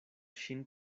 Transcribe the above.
ŝin